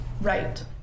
right